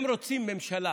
הם רוצים ממשלה.